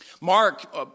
Mark